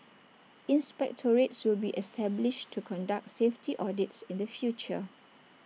inspectorates should be established to conduct safety audits in the future